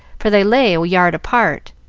for they lay a yard apart,